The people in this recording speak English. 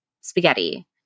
spaghetti